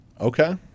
Okay